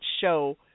show